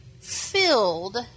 filled